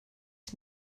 sut